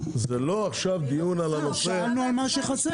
זה לא דיון על הנושא -- שאלנו על מה שחסר.